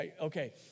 okay